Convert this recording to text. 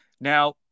Now